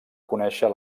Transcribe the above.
conèixer